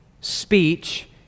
speech